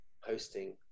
hosting